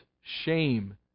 shame